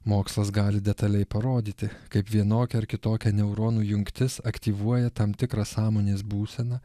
mokslas gali detaliai parodyti kaip vienokia ar kitokia neuronų jungtis aktyvuoja tam tikrą sąmonės būseną